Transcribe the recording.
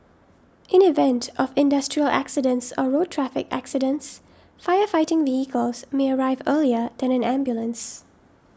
in event of industrial accidents or road traffic accidents fire fighting vehicles may arrive earlier than an ambulance